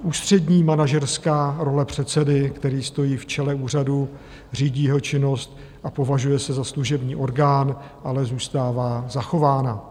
Ústřední manažerská role předsedy, který stojí v čele úřadu, řídí jeho činnost a považuje se za služební orgán, ale zůstává zachována.